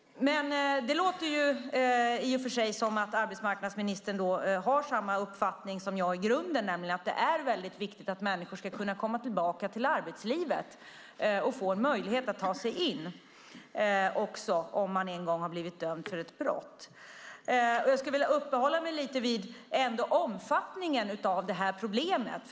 Det låter i och för sig som att arbetsmarknadsministern i grunden har samma uppfattning som jag, nämligen att det är viktigt att människor ska kunna komma tillbaka till arbetslivet, att få en möjlighet att ta sig in även om man en gång har blivit dömd för ett brott. Jag skulle vilja uppehålla mig lite grann vid omfattningen av det här problemet.